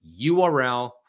URL